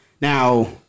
Now